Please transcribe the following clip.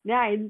then I